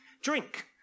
drink